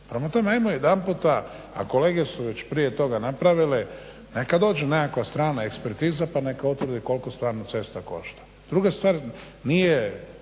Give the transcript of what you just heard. Prema tome ajmo jedanputa, a kolege su već prije toga napravile, neka dođe nekakva strana ekspertiza pa neka utvrde koliko stvarno cesta košta. Druga stvar, nije